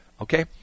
okay